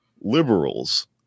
liberals